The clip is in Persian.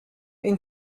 این